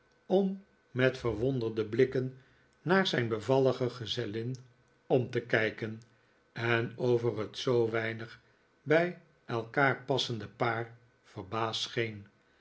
om met verwonderde blikken naar zijn bevallige gezellin om te kijken en over het zoo weinig bij elkaar passende paar verbaasd scheen